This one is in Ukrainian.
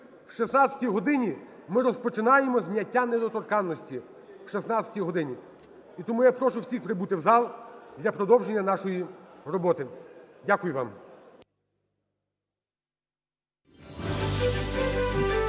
В 16 годині ми розпочинаємо зняття недоторканності, в 16 годині. І тому я прошу всіх прибути в зал для продовження нашої роботи. Дякую вам.